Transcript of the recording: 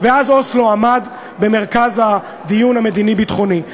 ואז אוסלו עמד במרכז הדיון המדיני-ביטחוני,